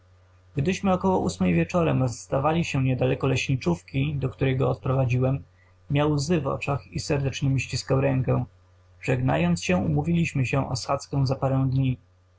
gdyśmy około ósmej wieczorem rozstawali się niedaleko leśniczówki do której go odprowadziłem miał łzy w oczach i serdecznie mi ściskał rękę żegnając się umówiliśmy się o schadzkę za parę dni